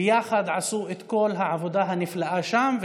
וביחד עשו את כל העבודה הנפלאה שם.